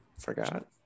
forgot